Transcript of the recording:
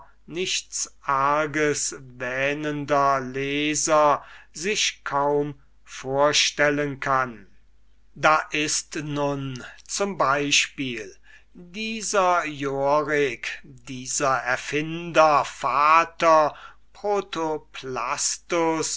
nichts arges wähnender leser sich kaum vorstellen kann da ist nun zum exempel dieser yorik dieser erfinder vater protoplastus